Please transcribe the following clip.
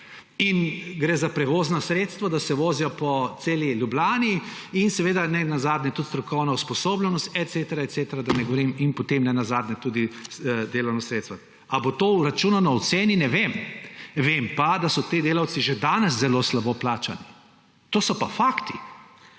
in gre za prevozna sredstva, da se vozijo po celi Ljubljani, in seveda nenazadnje strokovno usposobljenost et cetera et cetera, da ne govorim, in potem nenazadnje tudi delovna sredstva. Ali bo to vračunano v ceni, ne vem. Vem pa, da so ti delavci že danes zelo slabo plačani. To so pa fakti.